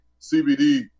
CBD